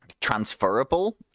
Transferable